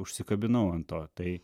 užsikabinau ant to tai